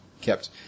kept